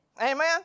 amen